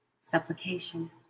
supplication